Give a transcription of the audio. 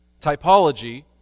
Typology